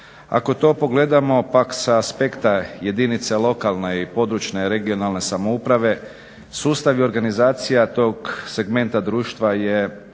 Ako to pogledamo pak sa aspekta jedinica lokalne i područne regionalne samouprave, sustavi organizacija tog segmenta društva je